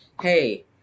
Hey